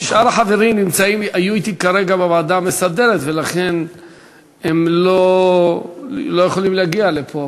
שאר החברים היו אתי כרגע בוועדה המסדרת ולכן הם לא יכולים להגיע לפה.